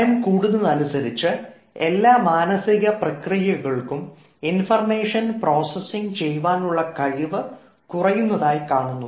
പ്രായം കൂടുന്നതനുസരിച്ച് എല്ലാ മാനസിക പ്രക്രിയകൾക്കും ഇൻഫർമേഷൻ പ്രോസസിംഗ് ചെയ്യുവാനുള്ള കഴിവ് കുറയുന്നതായി കാണുന്നു